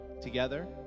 together